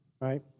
right